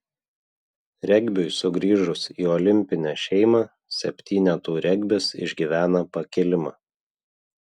regbiui sugrįžus į olimpinę šeimą septynetų regbis išgyvena pakilimą